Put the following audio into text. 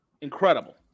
incredible